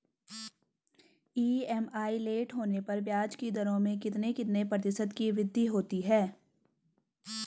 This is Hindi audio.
ई.एम.आई लेट होने पर ब्याज की दरों में कितने कितने प्रतिशत की वृद्धि होती है?